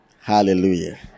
hallelujah